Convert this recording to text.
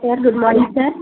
sir good morning sir